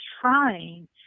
trying